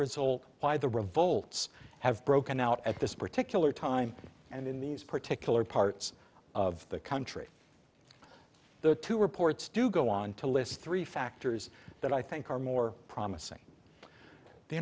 result by the revolts have broken out at this particular time and in these particular parts of the country the two reports do go on to list three factors that i think are more promising the